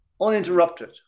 uninterrupted